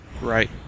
Right